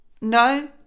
no